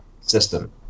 system